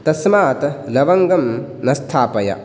तस्मात् लवङ्गं न स्थापय